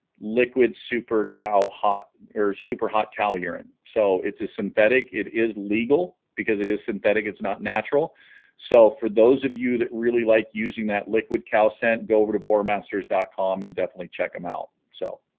liquid super cow hot or super hot cow urine so it's a synthetic it is legal because it is synthetic it's not natural so for those of you that really like using that liquid cow scent go over to bor masters calm and definitely check them out so